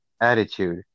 attitude